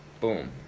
Boom